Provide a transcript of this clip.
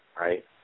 right